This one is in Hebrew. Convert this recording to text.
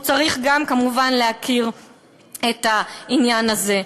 הוא צריך גם כמובן להכיר את העניין הזה.